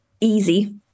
easy